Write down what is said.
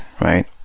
right